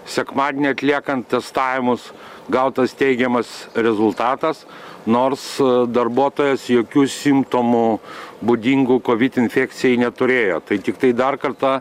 sekmadienį atliekant testavimus gautas teigiamas rezultatas nors darbuotojas jokių simptomų būdingų kovid infekcijai neturėjo tai tiktai dar kartą